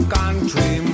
country